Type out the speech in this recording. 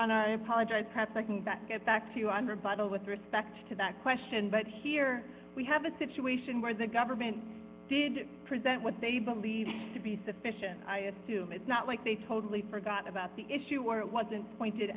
and i apologize perhaps i can get back to you under but all with respect to that question but here we have a situation where the government did present what they believe to be sufficient i assume it's not like they totally forgot about the issue or it wasn't pointed